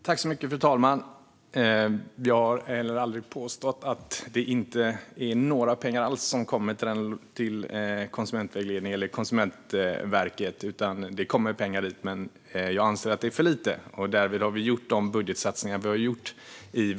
Fru talman! Jag har heller aldrig påstått att det inte går några pengar alls till konsumentvägledning och Konsumentverket. Det kommer pengar dit, men jag anser att det är för lite, och därför har Vänsterpartiet gjort de budgetsatsningar som vi har gjort.